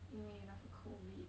因为那个 COVID